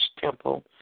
temple